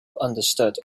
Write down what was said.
understood